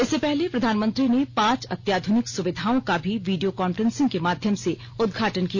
इससे पहले प्रधानमंत्री ने पांच अत्याधुनिक सुविधाओं का भी वींडियो कांफ्रेंसिंग के माध्यम से उदघाटन किया